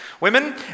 Women